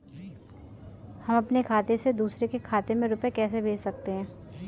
हम अपने खाते से दूसरे के खाते में रुपये कैसे भेज सकते हैं?